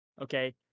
Okay